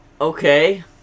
Okay